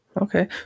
Okay